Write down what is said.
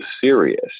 serious